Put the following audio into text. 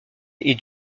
est